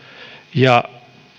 ja